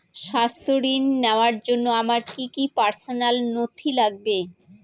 স্বাস্থ্য ঋণ নেওয়ার জন্য আমার কি কি পার্সোনাল নথি লাগবে?